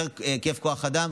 יותר היקף כוח אדם,